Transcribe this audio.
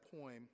poem